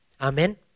Amen